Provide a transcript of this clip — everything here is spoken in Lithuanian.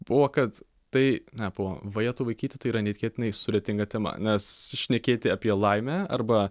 buvo kad tai ne pala vajetau vaikyti tai yra neįtikėtinai sudėtinga tema nes šnekėti apie laimę arba